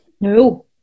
No